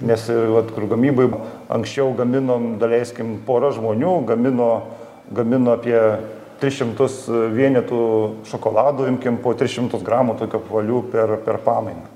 nes vat kur gamyboj anksčiau gaminom daleiskim pora žmonių gamino gamino apie tris šimtus vienetų šokolado imkim po tris šimtus gramų tokių apvalių per pamainą